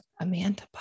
Amanda